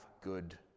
good